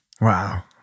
Wow